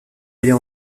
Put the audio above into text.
aller